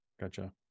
Gotcha